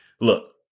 look